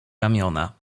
ramiona